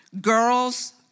Girls